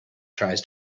tries